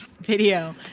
video